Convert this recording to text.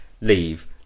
leave